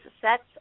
sets